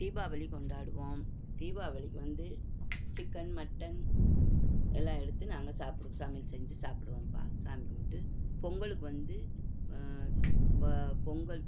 தீபாவளி கொண்டாடுவோம் தீபாவளிக்கு வந்து சிக்கன் மட்டன் எல்லாம் எடுத்து நாங்கள் சாப்பிடு சமையல் செஞ்சு சாப்பிடுவோம்ப்பா சாமி கும்பிட்டு பொங்கலுக்கு வந்து பொ பொங்கல்